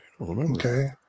Okay